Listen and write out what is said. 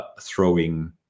throwing